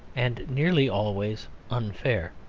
and nearly always unfair.